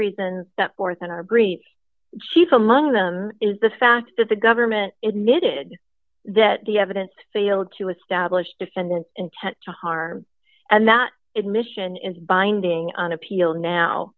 reasons that forth in our brief sheaf among them is the fact that the government admitted that the evidence failed to establish defendant intent to harm and that it mission is binding on appeal now